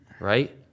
Right